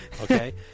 Okay